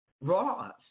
Ross